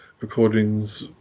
recordings